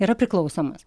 yra priklausomas